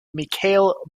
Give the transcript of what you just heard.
mikhail